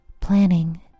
Planning